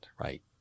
right